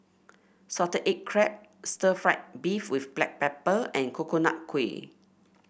Salted Egg Crab Stir Fried Beef with Black Pepper and Coconut Kuih